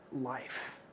life